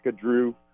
drew